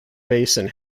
basin